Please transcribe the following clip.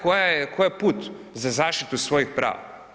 Koja je, koji je put za zaštitu svojih prava?